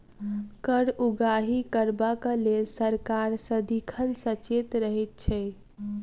कर उगाही करबाक लेल सरकार सदिखन सचेत रहैत छै